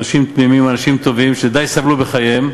אנשים תמימים, אנשים טובים, שסבלו די בחייהם.